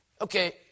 Okay